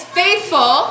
faithful